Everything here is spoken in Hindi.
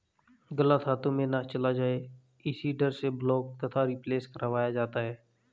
गलत हाथों में ना चला जाए इसी डर से ब्लॉक तथा रिप्लेस करवाया जाता है